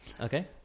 Okay